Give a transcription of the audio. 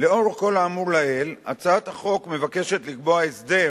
לאור כל האמור לעיל, הצעת החוק מבקשת לקבוע הסדר